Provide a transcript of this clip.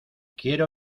quiero